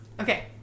Okay